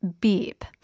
Beep